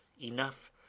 enough